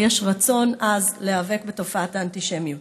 יש רצון עז להיאבק בתופעת האנטישמיות.